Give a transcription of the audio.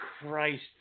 Christ